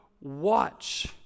watch